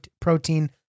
protein